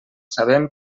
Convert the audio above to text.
sabem